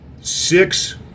six